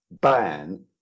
ban